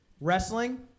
Wrestling